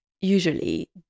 usually